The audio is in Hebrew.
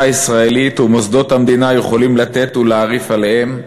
הישראלית ומוסדות המדינה יכולים לתת ולהרעיף עליהם,